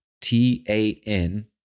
T-A-N